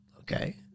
okay